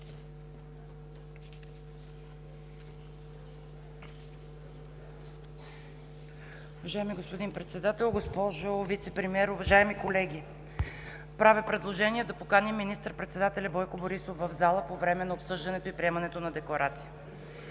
Уважаеми господин Председател, госпожо Вицепремиер, уважаеми колеги! Правя предложение да поканим министър-председателя Бойко Борисов в залата по време на обсъждането и приемането на декларацията.